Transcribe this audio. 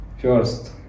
First